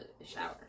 shower